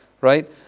right